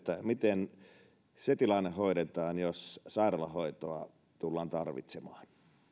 miten hoidetaan se tilanne jos sairaalahoitoa tullaan tarvitsemaan